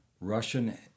Russian